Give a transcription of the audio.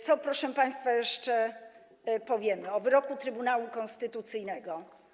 Co, proszę państwa, jeszcze powiemy o wyroku Trybunału Konstytucyjnego?